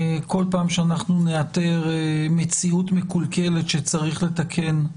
כל פעם שנאתר מציאות מקולקלת שצריך לתקן,